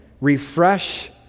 Refresh